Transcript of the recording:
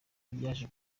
byaje